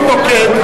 אורית נוקד,